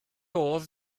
oedd